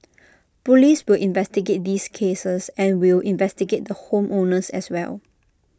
Police will investigate these cases and we'll investigate the home owners as well